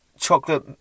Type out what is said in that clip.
chocolate